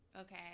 Okay